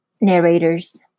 narrators